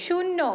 শূন্য